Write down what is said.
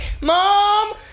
Mom